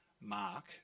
Mark